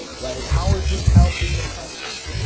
right? how is this helping the customer?